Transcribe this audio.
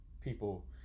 people